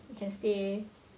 you can stay